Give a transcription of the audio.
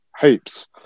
heaps